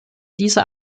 dieser